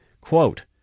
quote